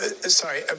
Sorry